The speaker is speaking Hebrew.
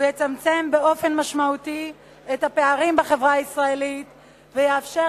הוא יצמצם באופן משמעותי את הפערים בחברה הישראלית ויאפשר